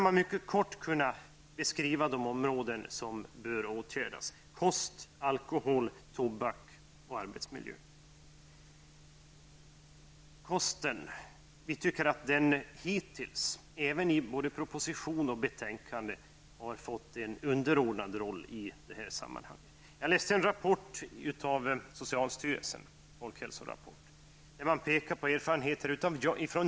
Mycket kort om de problem som bör åtgärdas: Kosten: Vi tycker att kosten hittills, även i propositionen och i utskottsbetänkandet, har fått en underordnad roll i det här sammanhanget. Jag läste en folkhälsorapport från socialstyrelsen, där man påpekade erfarenheter från Japan.